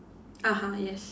(uh huh) yes